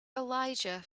elijah